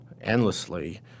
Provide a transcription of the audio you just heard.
endlessly